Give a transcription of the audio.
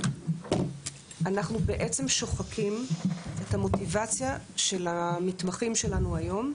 אנחנו בעצם שוחקים את המוטיבציה של המתמחים שלנו היום,